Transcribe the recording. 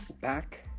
back